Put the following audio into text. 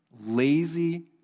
lazy